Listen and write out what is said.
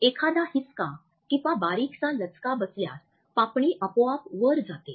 एखादा हिसका किंवा बारीकसा लचका बसल्यास पापणी आपोआप वर जाते